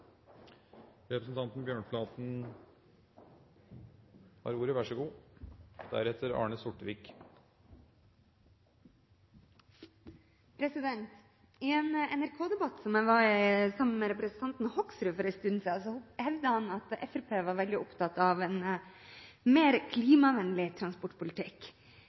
I en NRK-debatt som jeg var i sammen med representanten Hoksrud for en stund siden, hevdet han at Fremskrittspartiet var veldig opptatt av en mer klimavennlig transportpolitikk.